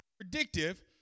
predictive